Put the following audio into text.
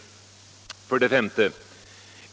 5.